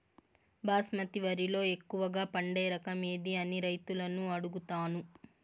బాస్మతి వరిలో ఎక్కువగా పండే రకం ఏది అని రైతులను అడుగుతాను?